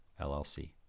LLC